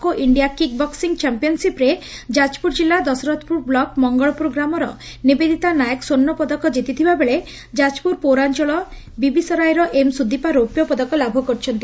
କୋ ଇଣିଆ kick boxing ଚମ୍ମିୟାନ୍ସିପ୍ରେ ଯାଜପୁର ଜିଲ୍ଲା ଦଶରଥପୁର ବ୍ଲକ୍ ମଙ୍ଙଳପୁର ଗ୍ରାମର ନିବେଦିତା ନାୟକ ସ୍ୱର୍ଶ୍ର ପଦକ ଜିତିଥିବାବେଳେ ଯାଜପୁର ପୌରାଞଳ ବିବିସରାଇର ଏମ୍ ସୁଦିପା ରୌପ୍ୟ ପଦକ ଲାଭ କରିଛନ୍ତି